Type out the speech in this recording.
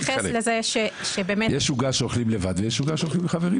יש עוגה שאוכלים לבד, ויש עוגה שאוכלים עם חברים.